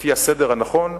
לפי הסדר הנכון,